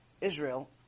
Israel